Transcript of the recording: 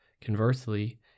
Conversely